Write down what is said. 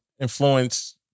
influence